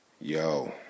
Yo